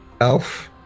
elf